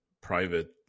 private